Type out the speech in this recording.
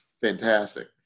fantastic